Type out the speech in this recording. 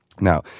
Now